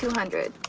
hundred.